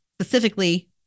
specifically